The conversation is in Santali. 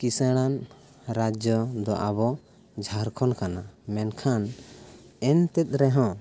ᱠᱤᱥᱟᱹᱬᱟᱱ ᱨᱟᱡᱽᱡᱚ ᱫᱚ ᱟᱵᱚ ᱡᱷᱟᱲᱠᱷᱚᱸᱰ ᱠᱟᱱᱟ ᱢᱮᱱᱠᱷᱟᱱ ᱮᱱᱛᱮᱫ ᱨᱮᱦᱚᱸ